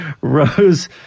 rose